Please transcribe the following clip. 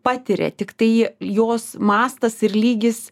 patiria tiktai jos mastas ir lygis